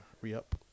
re-up